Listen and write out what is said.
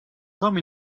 come